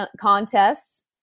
contests